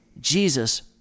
Jesus